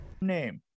name